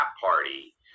party